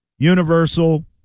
Universal